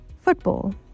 football